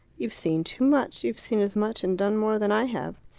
you've seen too much. you've seen as much and done more than i have.